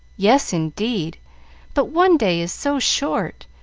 yes, indeed but one day is so short!